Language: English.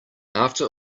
after